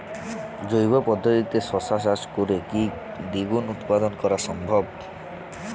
জৈব পদ্ধতিতে শশা চাষ করে কি দ্বিগুণ উৎপাদন করা সম্ভব?